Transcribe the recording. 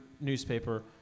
newspaper